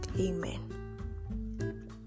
Amen